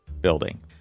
building